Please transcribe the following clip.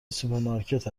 سوپرمارکت